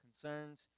concerns